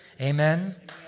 Amen